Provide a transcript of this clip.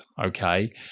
Okay